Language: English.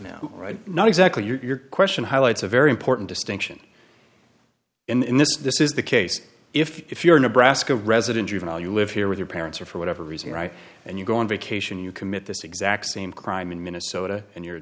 now right not exactly your question highlights a very important distinction in this this is the case if you're nebraska resident juvenile you live here with your parents or for whatever reason right and you go on vacation you commit this exact same crime in minnesota and you